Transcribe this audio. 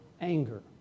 anger